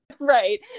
Right